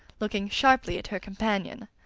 looking sharply at her companion.